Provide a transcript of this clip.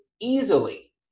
easily